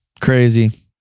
Crazy